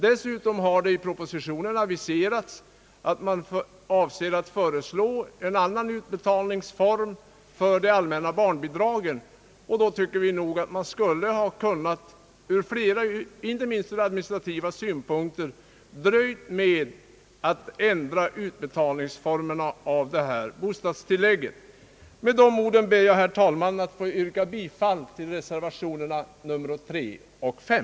Dessutom har i propositionen aviserats att man avser att föreslå en annan utbetalningsform för de allmänna barnbidragen. Då tycker vi nog att man, inte minst med tanke på administrationen, borde ha dröjt med att ändra utbetalningsformen för detta bostadstillägg. Med dessa ord ber jag, herr talman, att få yrka bifall till reservationerna 3 och 5.